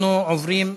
והכי חשוב,